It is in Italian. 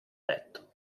letto